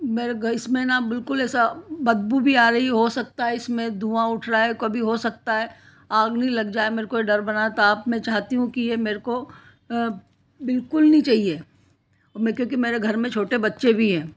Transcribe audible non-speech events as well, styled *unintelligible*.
मेरे घर इसमें ना बिल्कुल ऐसा बदबू भी आ रही हो सकता है इसमें धुआँ उठ रहा है कभी हो सकता है आग नी लग जाए मेरेको ये डर बना *unintelligible* मैं चाहती हूँ कि ये मेरेको बिल्कुल नी चाहिए और मैं क्योंकि मेरे घर में छोटे बच्चे भी हैं